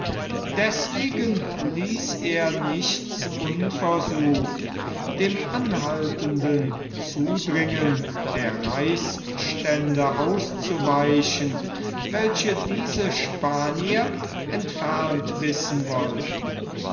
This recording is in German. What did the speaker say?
deßwegen ließ er nichts unversucht dem anhaltenden zudringen der reichsstände auszuweichen welche diese spanier entfernt wissen wollten